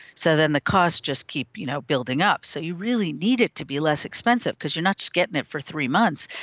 so then the costs just keep you know building up. so you really need it to be less expensive, because you are not just getting it for three months.